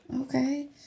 Okay